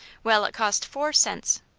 well, it cost four cents.